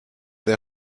der